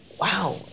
wow